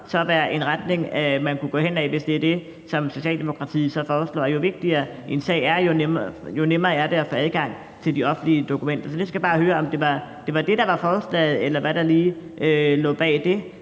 være en retning, man kunne gå i, hvis det er det, som Socialdemokratiet foreslår: at jo vigtigere en sag er, jo nemmere er det at få adgang til de offentlige dokumenter. Så jeg skal bare høre, om det var det, der var forslaget, og hvad der lige lå bag det,